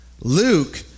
Luke